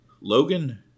Logan